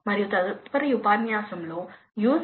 మరియు వేరియబుల్ కు వెళ్ళండి